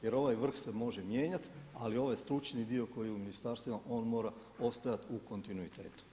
Jer ovaj vrh se može mijenjati, ali ovaj stručni dio koji je u ministarstvima on mora ostajati u kontinuitetu.